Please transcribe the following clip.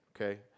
okay